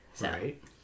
Right